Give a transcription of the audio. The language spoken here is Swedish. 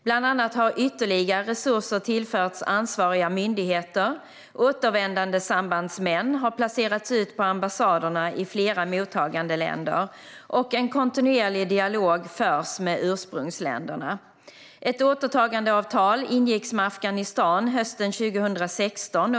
Bland annat har ytterligare resurser tillförts ansvariga myndigheter, återvändandesambandsmän har placerats ut på ambassaderna i flera mottagarländer och en kontinuerlig dialog förs med ursprungsländerna. Ett återtagandeavtal ingicks med Afghanistan hösten 2016.